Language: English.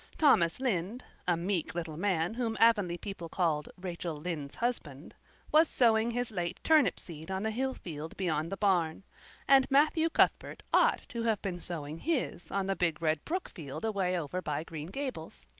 thomas lynde a meek little man whom avonlea people called rachel lynde's husband was sowing his late turnip seed on the hill field beyond the barn and matthew cuthbert ought to have been sowing his on the big red brook field away over by green gables.